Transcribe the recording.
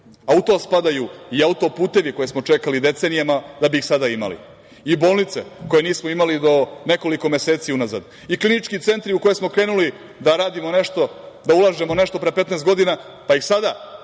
a u to spadaju i autoputevi koje smo čekali decenijama da bih ih sada imali. I bolnice koje nismo imali do nekoliko meseci unazad i klinički centri u koje smo krenuli da radimo nešto, da ulažemo nešto pre 15 godina, pa ih sada